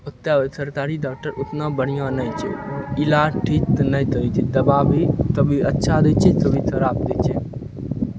ओतेक सरतारी डाक्टर ओतना बढ़िआँ नहि छै इलाद थीत नहि करै छै दबा भी कभी अच्छा दै छै कभी खराब दै छै